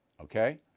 okay